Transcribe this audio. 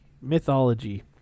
mythology